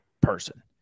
person